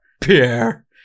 Pierre